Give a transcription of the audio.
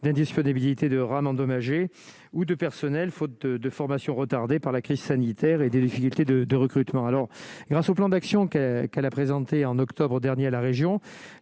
d'indisponibilité de rames endommagées ou de personnel, faute de formation, retardée par la crise sanitaire et des difficultés de de recrutement alors grâce au plan d'action que. Elle a présenté en octobre dernier à la région